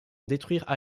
détruire